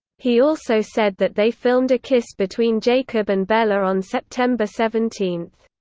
he also said that they filmed a kiss between jacob and bella on september seventeen.